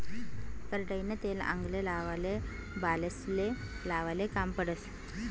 करडईनं तेल आंगले लावाले, बालेस्ले लावाले काम पडस